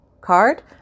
card